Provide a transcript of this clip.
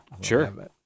Sure